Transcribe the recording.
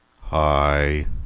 hi